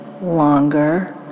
longer